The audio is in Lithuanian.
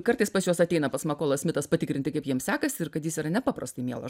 kartais pas juos ateina pats makolas smitas patikrinti kaip jiem sekasi ir kad jis yra nepaprastai mielas